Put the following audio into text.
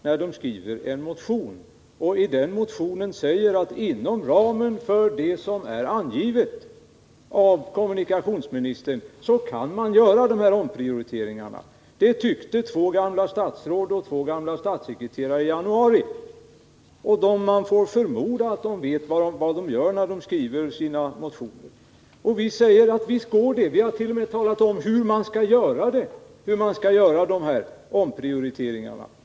De har skrivit en motion, och i den motionen säger de att man inom ramen för vad som är givet av kommunikationsministern kan göra de här omprioriteringarna. Det tyckte två gamla statsråd och två gamla statssekreterare i januari. Man får väl förmoda att de vet vad de gör när de skriver sina motioner! Vi säger att visst går det! Vi har t.o.m. talat om hur man skall göra omprioriteringarna.